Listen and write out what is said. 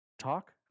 Talk